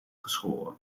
geschoren